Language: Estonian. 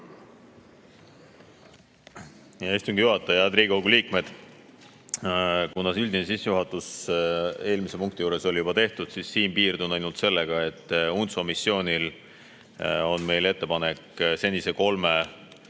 Hea istungi juhataja! Head Riigikogu liikmed! Kuna see üldine sissejuhatus eelmise punkti juures oli juba tehtud, siis siin piirdun ainult sellega, et UNTSO missioonil on meil ettepanek senise kolme